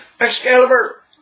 Excalibur